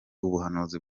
ubuhanuzi